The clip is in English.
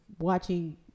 watching